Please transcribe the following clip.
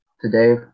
today